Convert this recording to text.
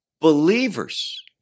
believers